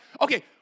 Okay